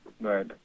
Right